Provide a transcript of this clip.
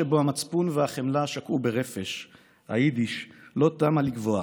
שבו המצפון והחמלה שקעו ברפש / היידיש לא תמה לגווע,